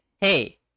Hey